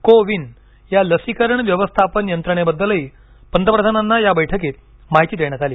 को विन या लसीकरण व्यवस्थापन यंत्रणेबद्दलही पंतप्रधानांना या बैठकीत माहिती देण्यात आली